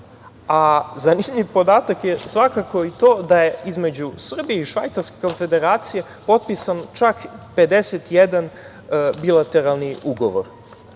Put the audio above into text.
a zanimljiv podatak je svakako i to da je između Srbije i Švajcarske Konfederacije potpisan čak 51 bilateralni ugovor,